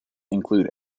include